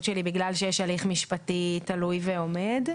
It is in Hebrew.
שלי בגלל שיש הליך משפטי תלוי ועומד.